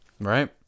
Right